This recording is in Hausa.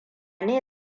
ne